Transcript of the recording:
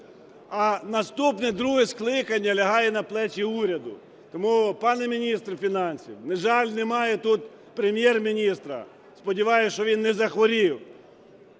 а наступне, друге скликання, лягає на плечі уряду. Тому, пане міністре фінансів, на жаль, немає тут Прем'єр-міністра, сподіваюсь, що він не захворів,